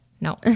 No